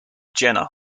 jena